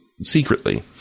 secretly